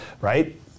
right